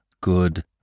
good